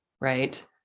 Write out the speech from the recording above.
right